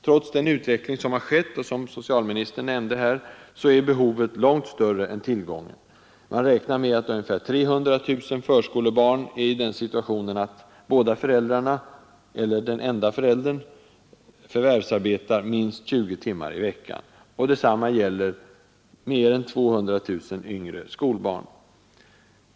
Trots den utveckling som har skett är behovet som socialministern nämnde långt större än tillgången. Man räknar med att 300 000 förskolebarn är i den situationen att båda föräldrarna, eller den enda föräldern, förvärvsarbetar minst 20 timmar i veckan. Detsamma gäller mer än 200 000 yngre skolbarn.